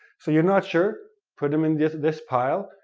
so you're not sure, put them in this this pile.